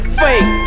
fake